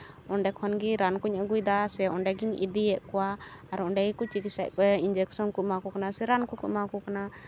ᱚᱸᱰᱮ ᱠᱷᱚᱱ ᱜᱮ ᱨᱟᱱᱠᱩᱧ ᱟᱹᱜᱩᱭᱮᱫᱟ ᱥᱮ ᱚᱸᱰᱮᱜᱤᱧ ᱤᱫᱤᱭᱮᱫ ᱠᱚᱣᱟ ᱟᱨ ᱚᱸᱰᱮ ᱜᱮᱠᱚ ᱪᱤᱠᱤᱥᱥᱟᱭᱮᱫ ᱠᱚᱣᱟ ᱤᱧᱡᱮᱠᱥᱚᱱ ᱮᱢᱟᱣᱟᱠᱚ ᱠᱟᱱᱟ ᱥᱮ ᱨᱟᱱ ᱠᱚᱠᱚ ᱮᱢᱟᱣᱟᱠᱚ ᱠᱟᱱᱟ ᱥᱮ ᱨᱟᱱ ᱠᱚᱠᱚ ᱮᱢᱟᱣᱠᱚ ᱠᱟᱱᱟ